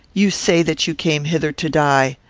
you say that you came hither to die.